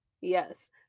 Yes